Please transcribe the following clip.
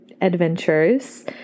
adventures